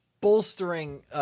bolstering